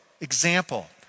Example